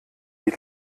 die